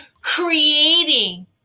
creating